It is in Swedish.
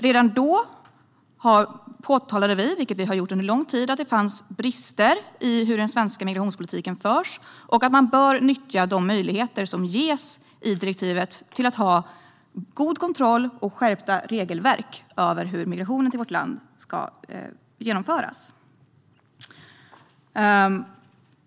Redan då påtalade vi, och det har vi gjort under lång tid, att det fanns brister i hur den svenska migrationspolitiken förs och att man bör utnyttja de möjligheter som ges i direktivet när det gäller att ha god kontroll och skärpta regelverk för hur migrationen till vårt land ska genomföras.